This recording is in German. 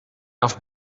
auf